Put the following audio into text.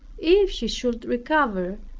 if she should recover,